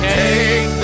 take